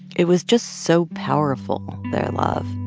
it was just so powerful, their love,